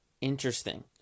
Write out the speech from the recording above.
interesting